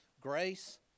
Grace